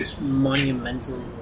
monumental